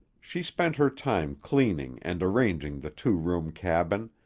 she spent her time cleaning and arranging the two-room cabin,